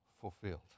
fulfilled